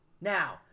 Now